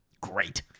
Great